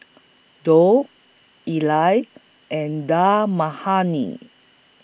and Dal Makhani